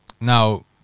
Now